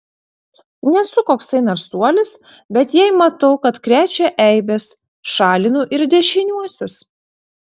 nesu koksai narsuolis bet jei matau kad krečia eibes šalinu ir dešiniuosius